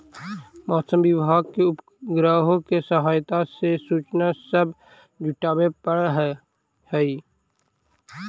मौसम विभाग के उपग्रहों के सहायता से सूचना सब जुटाबे पड़ हई